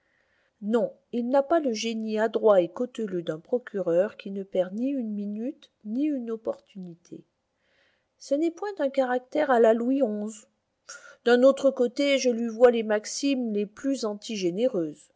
non il n'a pas le génie adroit et cauteleux d'un procureur qui ne perd ni une minute ni une opportunité ce n'est point un caractère à la louis xi d'un autre côté je lui vois les maximes les plus antigénéreuses